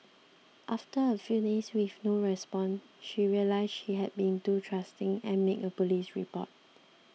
after a few days with no response she realised she had been too trusting and made a police report